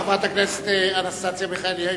חברת הכנסת אנסטסיה מיכאלי,